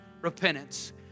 repentance